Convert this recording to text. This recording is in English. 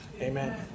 Amen